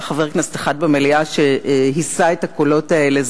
היה חבר כנסת אחד במליאה שהיסה את הקולות האלה,